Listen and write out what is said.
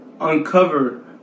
uncover